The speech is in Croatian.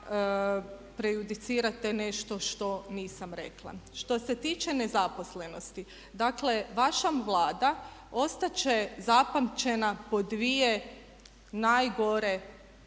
prejudicirate nešto što nisam rekla. Što se tiče nezaposlenosti, dakle vaša Vlada ostati će zapamćena po dvije najgore